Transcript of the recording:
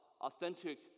authentic